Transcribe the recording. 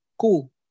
cool